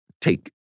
take